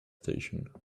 station